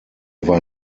war